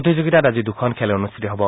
প্ৰতিযোগিতাত আজি দুখন খেল অনুষ্ঠিত হ'ব